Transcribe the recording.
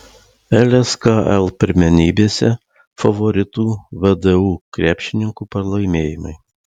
lskl pirmenybėse favoritų vdu krepšininkų pralaimėjimai